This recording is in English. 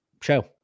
show